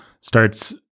starts